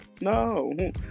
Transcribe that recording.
No